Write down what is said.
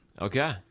Okay